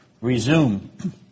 resume